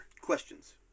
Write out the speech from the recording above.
questions